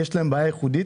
כי יש להם בעיה ייחודית,